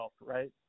right